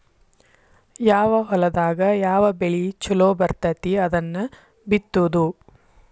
ಯಾವ ಹೊಲದಾಗ ಯಾವ ಬೆಳಿ ಚುಲೊ ಬರ್ತತಿ ಅದನ್ನ ಬಿತ್ತುದು